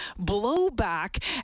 blowback